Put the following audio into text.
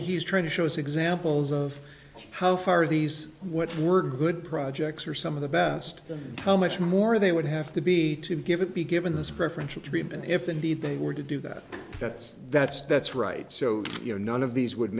he's trying to show as examples of how far these what we're good projects are some of the best of them how much more they would have to be to give it be given this preferential treatment if indeed they were to do that that's that's that's right so you know none of these would